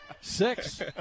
six